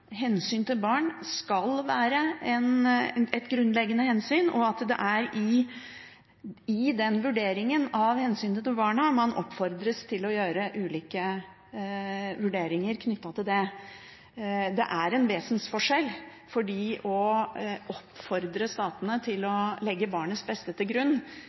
hensyn til barn «skal være et grunnleggende hensyn», og at det er i den vurderingen av hensynet til barna man oppfordres til å gjøre ulike vurderinger. Det er en vesensforskjell, for å oppfordre statene til å legge barnets beste til grunn